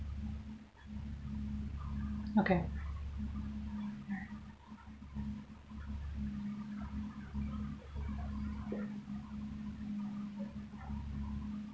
okay